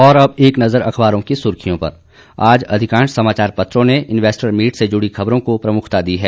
और अब एक नजर अखबारों की सुर्खियों पर आज अधिकांश समाचार पत्रों ने इन्वेस्टर मीट से जुड़ी खबरों को प्रमुखता दी है